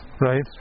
right